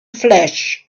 flesh